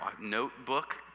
notebook